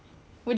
it's free